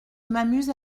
m’amuse